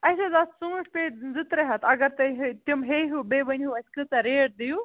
اَسہِ حظ آسہٕ ژوٗنٛٹھۍ پیٚٹہِ زٕ ترٛےٚ ہَتھ اگر تُہۍ تِم ہیٚہیٛوٗ بیٚیہِ ؤنۍہِیٛوٗ اَسہِ کۭژاہ ریٹ دِیِو